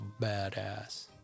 badass